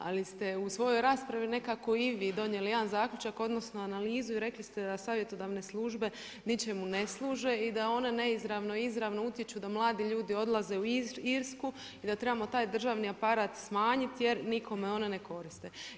Ali ste u svojoj raspravi nekako i vi donijeli jedan zaključak odnosno analizu i rekli ste da savjetodavne službe ničemu ne služe i da one neizravno, izravno utječu da mladi ljudi odlaze u Irsku i da trebamo taj državni aparat smanjiti jer nikome one ne koriste.